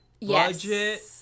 budget